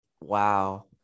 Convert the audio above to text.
Wow